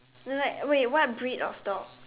like wait what breed of dog